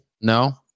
No